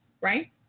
right